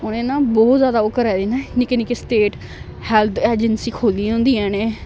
उनें ना बहुत ज्यादा ओह् करै दी न निक्के निक्के स्टेट हैल्थ एजेंसी खोह्लल्लीियां होंदियां न एह्